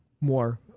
more